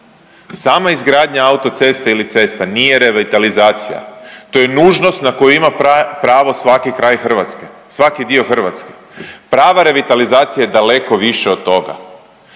Sama izgradnja autoceste ili cesta nije revitalizacija, to je nužnost na koju ima pravo svaki kraj Hrvatske, svaki dio Hrvatske, prava revitalizacija je daleko više od toga.